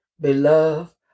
Beloved